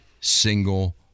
single